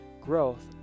growth